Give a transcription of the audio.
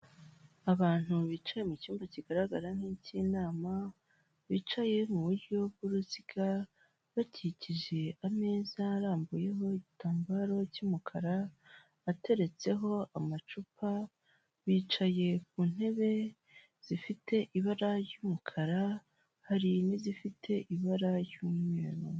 Abantu bicaye mu cyumba kigaragara nk'ik'inama bicaye mu buryo bw'uruziga, bakikije ameza arambuye igitambaro cy'umukara, ateretseho amacupa bicaye ku ntebe zifite ibara ry'umukara hari n'izifite ibara ry'umweru.